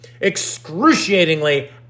excruciatingly